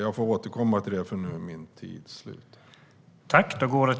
Men det får jag återkomma till, för nu är min talartid slut.